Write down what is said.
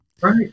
Right